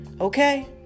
okay